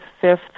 fifth